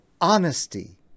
honesty